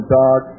dog